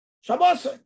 Shabbos